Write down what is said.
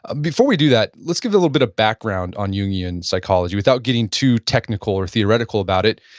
before we do that, let's give a little bit of background on jungian psychology without getting too technical or theoretical about it,